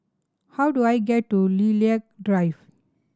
how do I get to Lilac Drive